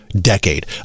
decade